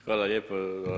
Hvala lijepo.